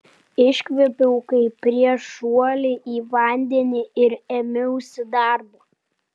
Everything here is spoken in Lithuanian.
iškvėpiau kaip prieš šuolį į vandenį ir ėmiausi darbo